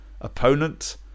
opponent